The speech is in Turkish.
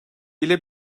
ile